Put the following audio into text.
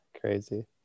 crazy